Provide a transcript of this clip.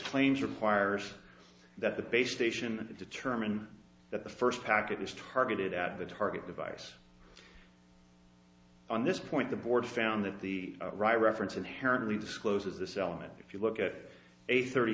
claims requires that the base station determine that the first packet is targeted at the target device on this point the board found that the right reference inherently discloses this element if you look at it a thirty